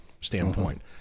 standpoint